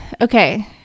okay